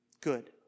good